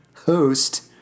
host